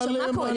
כשעולה, הם מעלים.